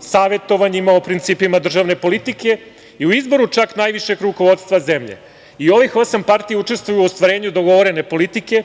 savetovanjima o principima državne politike i u izboru čak najvišeg rukovodstva zemlje. Ovih osam partija učestvuju u ostvarenju dogovorene politike